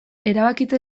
erabakitze